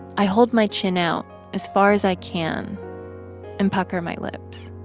i hold my chin out as far as i can and pucker my lips